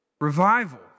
revival